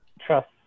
trust